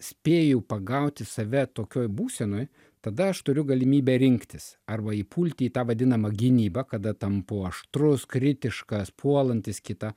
spėju pagauti save tokioj būsenoj tada aš turiu galimybę rinktis arba įpulti į tą vadinamą gynybą kada tampu aštrus kritiškas puolantis kitą